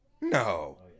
no